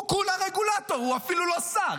הוא כולה רגולטור, הוא אפילו לא שר.